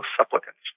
supplicants